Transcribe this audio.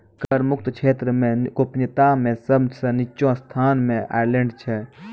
कर मुक्त क्षेत्र मे गोपनीयता मे सब सं निच्चो स्थान मे आयरलैंड छै